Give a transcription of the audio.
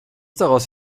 daraus